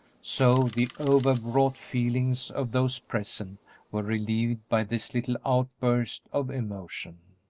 so the overwrought feelings of those present were relieved by this little outburst of emotion.